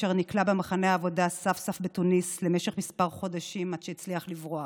אשר נכלא במחנה עבודה סאף סאף בתוניס למשך כמה חודשים עד שהצליח לברוח.